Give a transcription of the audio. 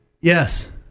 Yes